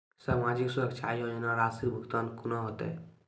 समाजिक सुरक्षा योजना राशिक भुगतान कूना हेतै?